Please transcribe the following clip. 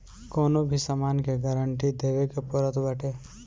कवनो भी सामान के गारंटी देवे के पड़त बाटे